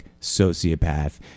sociopath